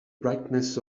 brightness